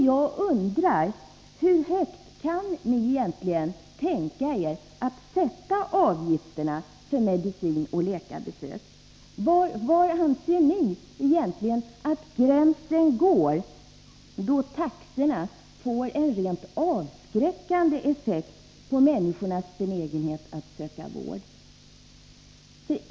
Jag undrar hur högt ni egentligen kan tänka er att sätta avgifterna för medicin och läkarbesök. Var anser ni att gränsen går då taxorna får en rent avskräckande effekt på människors benägenhet att söka vård.